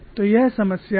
तो यह समस्या है